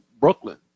Brooklyn